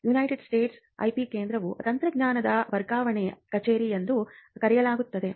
United ಸ್ಟೇಟ್ಸ್ನ IP ಕೇಂದ್ರವನ್ನು ತಂತ್ರಜ್ಞಾನ ವರ್ಗಾವಣೆ ಕಚೇರಿ ಎಂದು ಕರೆಯಲಾಗುತ್ತದೆ